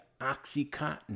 Oxycontin